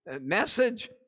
message